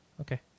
Okay